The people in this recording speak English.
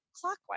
clockwise